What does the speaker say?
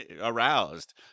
aroused